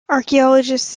archaeologists